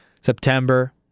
September